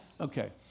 Okay